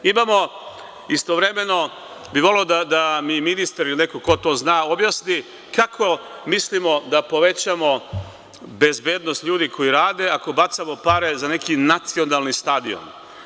Istovremeno bih voleo da mi ministar, ili neko ko to zna, objasni kako mislimo da povećamo bezbednost ljudi koji rade, ako bacamo pare za neki nacionalni stadion?